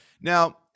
Now